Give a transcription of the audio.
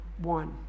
one